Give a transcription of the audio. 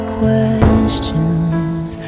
questions